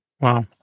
Wow